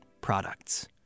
products